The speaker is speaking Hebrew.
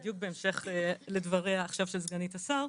ובדיוק בהמשך לדבריה של סגנית השר,